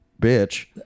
bitch